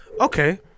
Okay